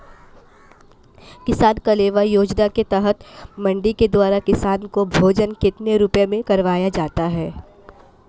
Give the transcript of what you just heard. किसान कलेवा योजना के तहत मंडी के द्वारा किसान को भोजन कितने रुपए में करवाया जाता है?